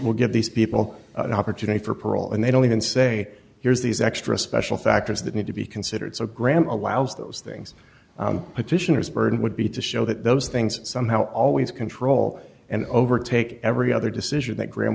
will give these people opportunity for parole and they don't even say here's these extra special factors that need to be considered so graham allows those things petitioners burden would be to show that those things somehow always control and overtake every other decision that gra